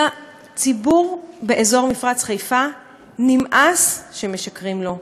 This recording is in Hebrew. לציבור באזור מפרץ חיפה נמאס שמשקרים לו.